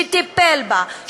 שטיפל בה,